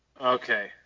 Okay